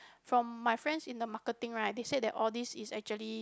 from my friend in the marketing right they say that all this is actually